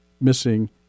missing